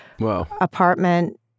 apartment